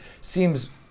seems